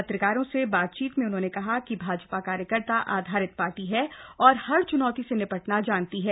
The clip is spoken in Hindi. पत्रकारों से बातचीत में उन्होंने कहा कि भाजपा कार्यकर्ता आधारित पार्टी हैं और हर च्नौती से निपटना जानती है